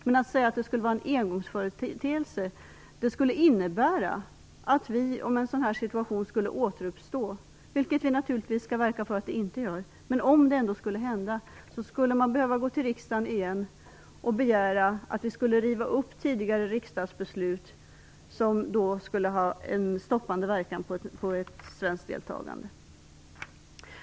Men om detta skulle vara en engångsföreteelse skulle man, om en sådan här situation skulle återuppstå, vilket vi naturligtvis skall motarbeta, behöva vända sig till riksdagen igen och begära att tidigare riksdagsbeslut skulle rivas upp, vilket skulle ha en stoppande verkan på ett svenskt deltagande.